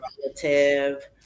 relative